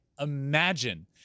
imagine